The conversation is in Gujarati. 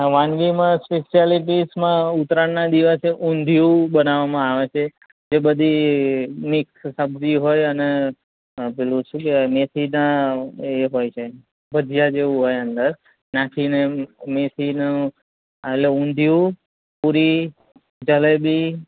વાનગીમાં સ્પેશિયાલિટીસમાં ઉત્તરાયણના દિવસે ઉંધીયું બનાવવામાં આવે છે જે બધી મિક્સ સબ્જી હોય અને પેલું શું કહેવાય મેથીનાં એ હોય છે ભજીયા જેવું હોય અંદર નાખીને મેથીનું હા એટલે ઉંધીયું પુરી જલેબી